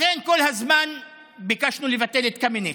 לכן כל הזמן ביקשנו לבטל את קמיניץ.